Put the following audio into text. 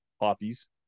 poppies